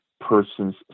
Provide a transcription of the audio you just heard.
person's